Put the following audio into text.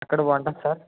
అక్కడ బాగుంటుందా సార్